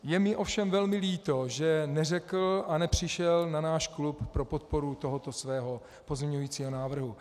Je mi ovšem velmi líto, že neřekl a nepřišel na náš klub pro podporu tohoto svého pozměňovacího návrhu.